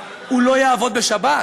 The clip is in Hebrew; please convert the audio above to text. הוא לא יעבוד בשבת,